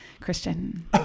Christian